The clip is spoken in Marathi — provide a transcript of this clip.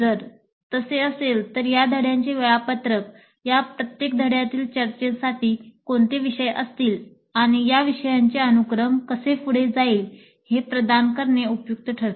जर तसे असेल तर या धड्यांचे वेळापत्रक या प्रत्येक धड्यातील चर्चेसाठी कोणते विषय असतील आणि या विषयाचे अनुक्रम कसे पुढे जाईल हे प्रदान करणे उपयुक्त ठरते